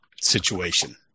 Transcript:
situation